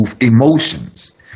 emotions